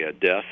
death